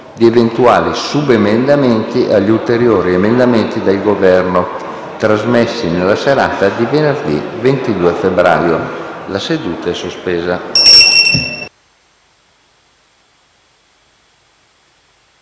di eventuali subemendamenti agli ulteriori emendamenti del Governo trasmessi nella serata di venerdì 22 febbraio. La seduta è sospesa.